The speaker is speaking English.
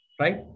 right